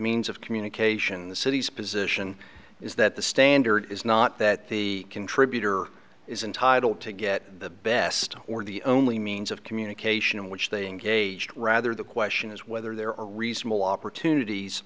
means of communication the city's position is that the standard is not that the contributor is entitled to get the best or the only means of communication in which they engaged rather the question is whether there are reasonable opportunities